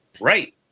Right